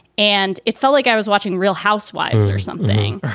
and it felt like i was watching real housewives or something.